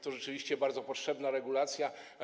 To rzeczywiście bardzo potrzebna regulacja.